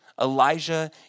Elijah